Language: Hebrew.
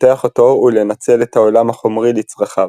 לפתח אותו ולנצל את העולם החומרי לצרכיו.